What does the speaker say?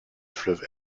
fleuve